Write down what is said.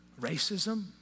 racism